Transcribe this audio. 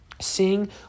Seeing